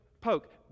poke